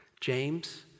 James